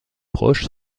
proches